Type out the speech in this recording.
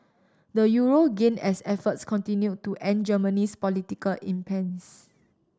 the Euro gained as efforts continued to end Germany's political impasse